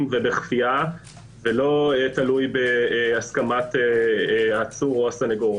בכפייה ולא תלוי בהסכמת עצור או הסנגור,